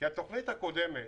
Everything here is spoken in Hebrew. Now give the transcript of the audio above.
התוכנית הקודמת